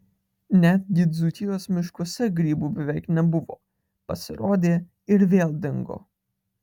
netgi dzūkijos miškuose grybų beveik nebuvo pasirodė ir vėl dingo